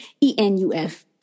E-N-U-F